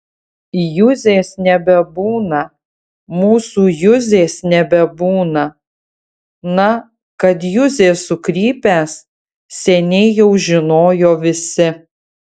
juzės nebebūna mūsų juzės nebebūna na kad juzė sukrypęs seniai jau žinojo visi